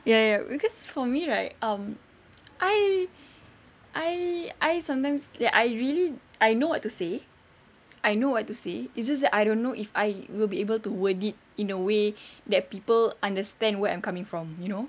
ya ya cause for me right um I I I sometimes that I really I know what to say I know what to say it's just that I don't know if I will be able to word it in a way that people understand where I'm coming from you know